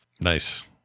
Nice